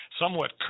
somewhat